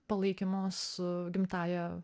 palaikymo su gimtąja